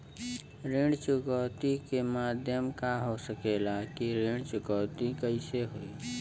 ऋण चुकौती के माध्यम का हो सकेला कि ऋण चुकौती कईसे होई?